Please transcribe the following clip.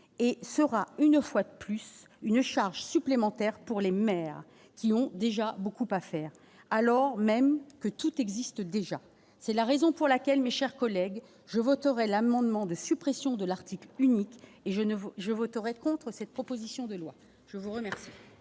et sera une fois de plus, une charge supplémentaire pour les mères qui ont déjà beaucoup à faire, alors même que tout existe déjà, c'est la raison pour laquelle mes chers collègues, je voterai l'amendement de suppression de l'article unique et je ne vous je voterai contre cette proposition de loi, je vous remercie.